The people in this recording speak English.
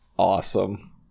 awesome